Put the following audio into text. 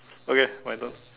okay my turn